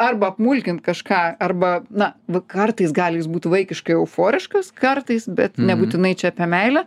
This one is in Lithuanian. arba apmulkint kažką arba na va kartais gali jis būt vaikiškai euforiškas kartais bet nebūtinai čia apie meilę